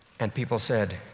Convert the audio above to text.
and people said,